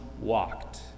walked